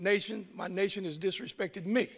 nation my nation is disrespected me